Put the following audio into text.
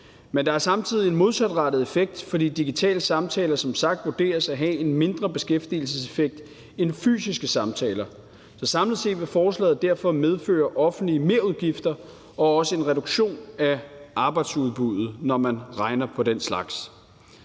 Men der er samtidig en modsatrettet effekt, fordi de digitale samtaler som sagt vurderes til at have en mindre beskæftigelseseffekt end fysiske samtaler. Så samlet set vil forslaget derfor medføre offentlige merudgifter og også en reduktion af arbejdsudbuddet, når man regner på den slags.